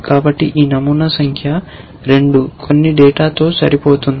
కాబట్టి ఈ నమూనా సంఖ్య 2 కొన్ని డేటాతో సరిపోతుంది